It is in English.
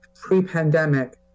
pre-pandemic